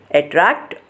attract